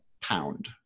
pound